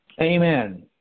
Amen